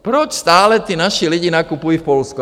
Proč stále naši lidi nakupují v Polsku?